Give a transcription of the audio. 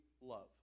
love